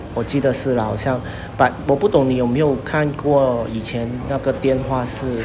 我记得是 lah 好像 but 我不懂你有没有看过以前那个电话是